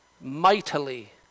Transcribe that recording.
mightily